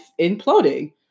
imploding